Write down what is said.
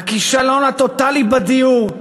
הכישלון הטוטלי בדיור,